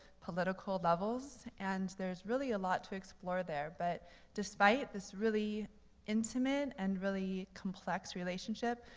political levels, and there's really a lot to explore there. but despite this really intimate and really complex relationship,